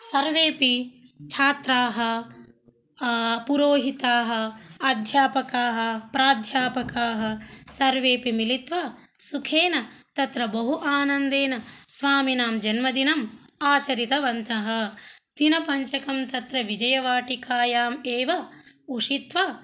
सर्वेऽपि छात्राः पुरोहिताः अध्यापकाः प्राध्यापकाः सर्वेऽपि मिलित्वा सुखेन तत्र बहु आनन्देन स्वामिनां जन्मदिनं आचरितवन्तः दिनपञ्चकं तत्र विजयवाटिकायाम् एव उषित्वा